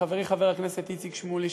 וחברי חבר הכנסת איציק שמולי,